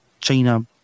China